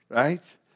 right